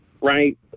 right